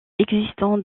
existant